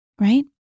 right